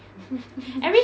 mmhmm